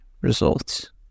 results